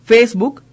Facebook